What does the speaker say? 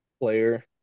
player